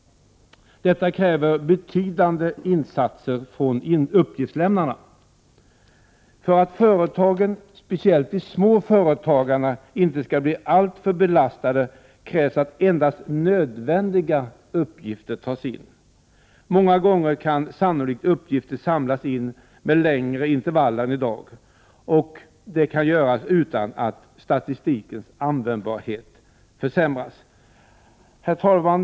Detta kräver betydande insatser från uppgiftslämnarna. För att företagen, speciellt de små företagen, inte skall bli alltför belastade, krävs det endast att nödvändiga uppgifter tas in. Många gånger kan uppgifter sannolikt samlas in med längre intervaller än i dag, och det kan göras utan att statistikens användbarhet försämras. Herr talman!